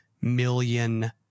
million